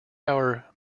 hour